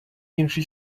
інші